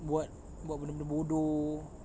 buat buat benda benda bodoh